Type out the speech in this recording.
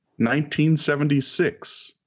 1976